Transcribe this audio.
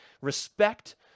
respect